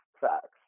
facts